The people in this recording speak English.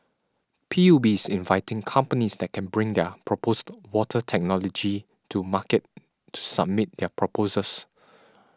P U B is inviting companies that can bring their proposed water technology to market to submit their proposals